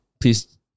Please